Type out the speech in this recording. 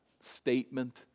statement